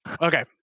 Okay